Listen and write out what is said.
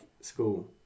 school